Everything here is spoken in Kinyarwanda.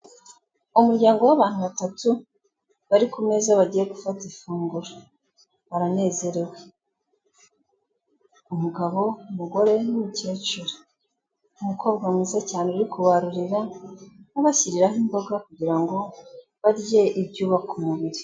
Umuryango w'abantu batatu bari ku meza bagiye gufata ifunguro, baranezerewe, umugabo, umugore n'umukecuru, umukobwa mwiza cyane uri kubarurira, abashyiriraho imboga kugira ngo barye ibyubaka umubiri.